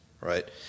right